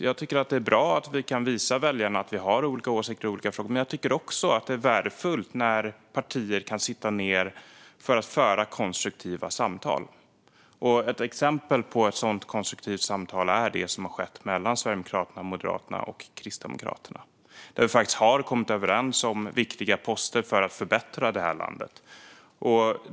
Jag tycker att det är bra att vi kan visa väljarna att vi har olika åsikter i olika frågor, men jag tycker också att det är värdefullt när partier kan sitta ned och föra konstruktiva samtal. Ett exempel på sådana konstruktiva samtal är det som har skett mellan Sverigedemokraterna, Moderaterna och Kristdemokraterna, där vi faktiskt har kommit överens om viktiga poster för att förbättra det här landet.